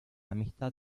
amistad